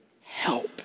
help